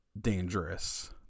dangerous